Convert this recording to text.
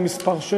מרכב"ה,